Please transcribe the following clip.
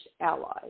allies